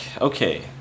okay